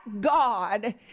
God